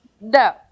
No